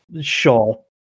Sure